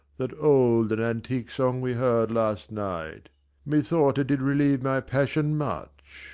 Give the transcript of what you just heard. that old and antique song we heard last night methought it did relieve my passion much,